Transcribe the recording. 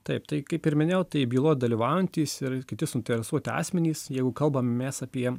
taip tai kaip ir minėjau tai byloj dalyvaujantys ir kiti suinteresuoti asmenys jeigu kalbam mes apie